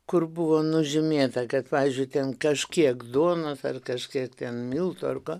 kur buvo nužymėta kad pavyzdžiui ten kažkiek duonos ar kažkiek ten miltų ar ką